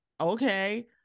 Okay